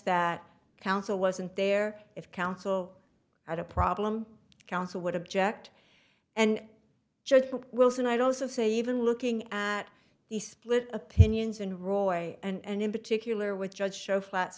that counsel wasn't there if counsel had a problem counsel would object and joe wilson i'd also say even looking at the split opinions and roy and in particular with judge show flats